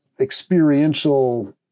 experiential